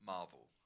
Marvel